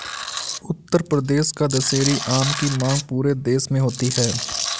उत्तर प्रदेश का दशहरी आम की मांग पूरे देश में होती है